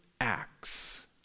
acts